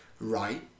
right